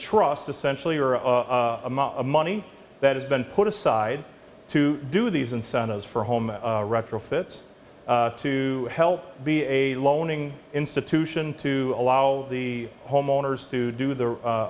trust essentially or amount of money that has been put aside to do these incentives for home retrofits to help be a loaning institution to allow the homeowners to do the